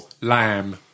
Lamb